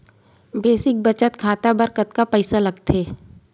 Basic बचत खाता बर कतका पईसा लगथे?